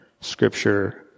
Scripture